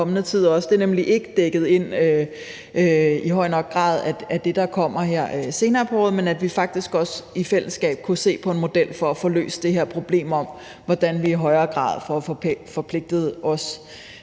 det er nemlig ikke dækket ind i høj nok grad i det, der kommer her senere på året – så vi faktisk i fællesskab kunne se på en model for at få løst det her problem med, hvordan vi i højere grad også